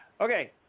Okay